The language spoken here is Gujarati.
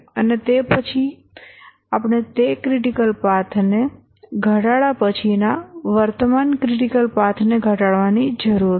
અને તે પછી આપણે તે ક્રિટિકલ પાથને ઘટાડા પછીના વર્તમાન ક્રિટિકલ પાથને ઘટાડવાની જરૂર છે